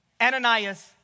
Ananias